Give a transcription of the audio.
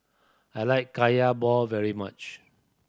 I like Kaya ball very much